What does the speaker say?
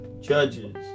judges